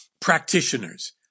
practitioners